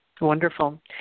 Wonderful